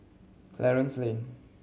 Clarence Lane